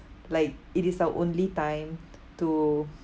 like it is our only time to